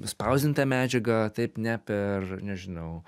spausdintą medžiagą taip ne per nežinau